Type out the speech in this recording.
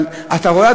אבל אתה רואה,